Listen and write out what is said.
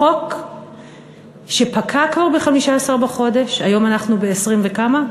חוק שפקע כבר ב-15 בחודש, היום אנחנו ב-20 וכמה?